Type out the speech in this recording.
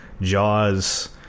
jaws